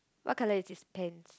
what color is his pants